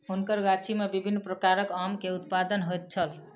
हुनकर गाछी में विभिन्न प्रकारक आम के उत्पादन होइत छल